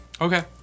Okay